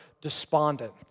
despondent